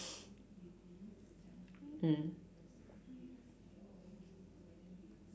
mm